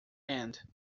end